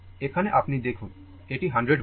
এখানে আপনি দেখুন এটি 100 volt